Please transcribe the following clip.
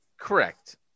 Correct